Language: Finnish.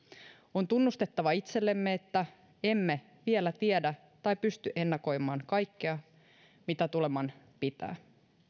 on tunnustettava itsellemme että emme vielä tiedä tai pysty ennakoimaan kaikkea mitä tuleman pitää